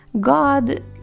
God